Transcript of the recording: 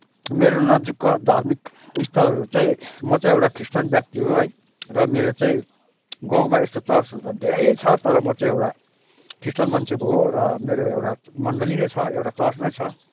मेरो नजिकको धर्मिक स्थलहरू चाहिँ म चाहिँ एउटा क्रिस्चियन व्यक्ति हो है र मेरो चाहिँ गाउँमा यस्तो चर्चहरू त धेरै छ तर म चाहिँ एउटा क्रिस्चियन मान्छे हो र मेरो एउटा मण्डली नै छ एउटा चर्च नै छ